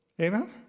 Amen